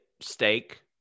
steak